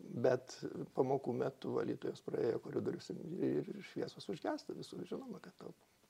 bet pamokų metu valytojos praėjo koridorius ir šviesos užgęsta visur žinoma kad taupom